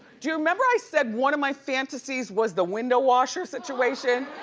do you remember i said one of my fantasies was the window washer situation?